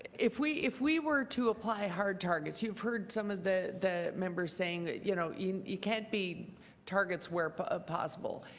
if we if we were to apply hard targets. you have heard some of the the members saying you know you can't be targets where but ah possible.